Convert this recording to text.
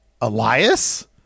Elias